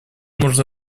нужно